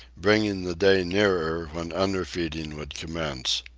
bringing the day nearer when underfeeding would commence.